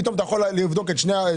פתאום אתה יכול לבדוק את השנתיים.